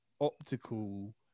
Optical